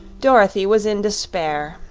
dorothy was in despair.